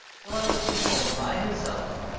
till i was informed by himself,